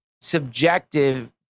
subjective